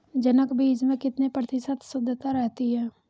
जनक बीज में कितने प्रतिशत शुद्धता रहती है?